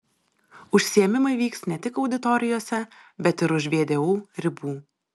užsiėmimai vyks ne tik auditorijose bet ir už vdu ribų